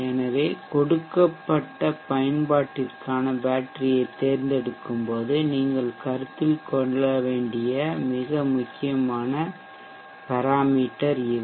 எனவே கொடுக்கப்பட்ட பயன்பாட்டிற்கான பேட்டரியைத் தேர்ந்தெடுக்கும்போது நீங்கள் கருத்தில் கொள்ள வேண்டிய முக்கியமான பெராமீட்டர்அளவுரு இவை